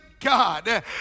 God